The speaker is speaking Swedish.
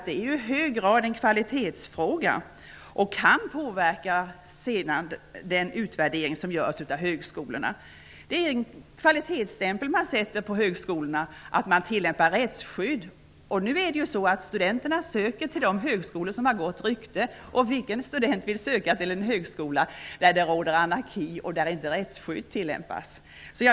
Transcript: Det är i hög grad en kvalitetsfråga, som kan påverka den utvärdering som görs av högskolorna. Man sätter en kvalitetsstämpel på högskolorna när man tillämpar rättsskydd. Studenter söker ju till de högskolor som har gott rykte. Vilken student vill söka till en högskola där det råder anaraki och där inte rättsskydd tillämpas?